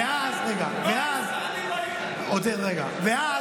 עודד, רגע.